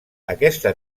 aquesta